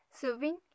serving